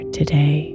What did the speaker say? today